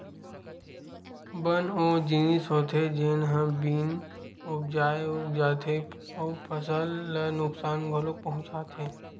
बन ओ जिनिस होथे जेन ह बिन उपजाए उग जाथे अउ फसल ल नुकसान घलोक पहुचाथे